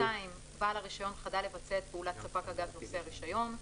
בעל הרישיון חדל לבצע את פעולת ספק הגז נושא הרישיון;